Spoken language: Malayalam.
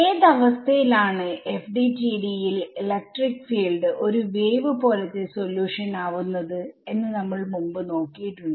ഏത് അവസ്ഥയിൽ ആണ് FDTD യിൽ ഇലക്ട്രിക് ഫീൽഡ് ഒരു വേവ് പോലത്തെ സൊല്യൂഷൻ ആവുന്നത് എന്ന് നമ്മൾ മുമ്പ് നോക്കിയിട്ടുണ്ട്